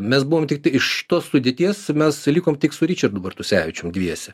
mes buvom tik tai iš tos sudėties mes likom tik su ričardu bartusevičium dviese